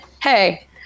hey